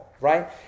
Right